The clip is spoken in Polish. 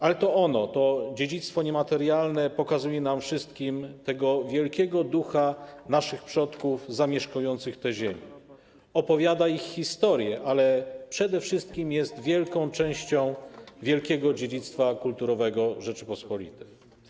Ale to ono, to dziedzictwo niematerialne pokazuje nam wszystkim tego wielkiego ducha naszych przodków zamieszkujących te ziemie, opowiada ich historie, ale przede wszystkim jest wielką częścią wielkiego dziedzictwa kulturowego Rzeczypospolitej.